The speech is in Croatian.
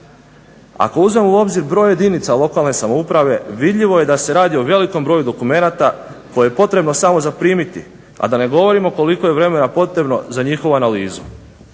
Ako uzmemo u obzir broj jedinica lokalne samouprave vidljivo je da se radi o velikom broju dokumenata koje je potrebno samo zaprimiti, a da ne govorimo koliko je vremena potrebno za njihovu analizu.